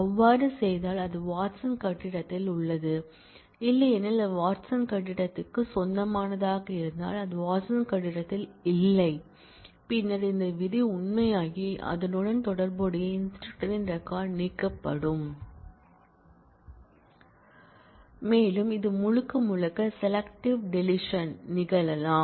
அவ்வாறு செய்தால் அது வாட்சன் கட்டிடத்தில் உள்ளது இல்லையெனில் அது வாட்சன் கட்டிடத்திற்கு சொந்தமானதாக இருந்தால் அது வாட்சன் கட்டிடத்தில் இல்லை பின்னர் இந்த விதி உண்மையாகி அதனுடன் தொடர்புடைய இன்ஸ்டிரக்டரின் ரெக்கார்ட் நீக்கப்படும் மேலும் இது முழுக்க முழுக்க செலெக்ட்டிவ் டெளிஷன் நிகழலாம்